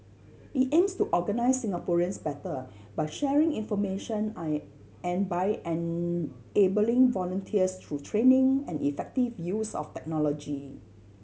it aims to organise Singaporeans better by sharing information I and by an enabling volunteers through training and effective use of technology